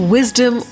Wisdom